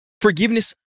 forgiveness